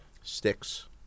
Sticks